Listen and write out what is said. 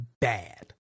Bad